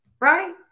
right